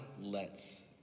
lets